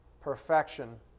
perfection